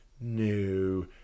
No